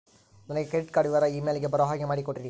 ನನಗೆ credit card ವಿವರ email ಗೆ ಬರೋ ಹಾಗೆ ಮಾಡಿಕೊಡ್ರಿ?